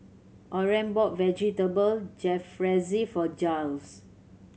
Orren bought Vegetable Jalfrezi for Jiles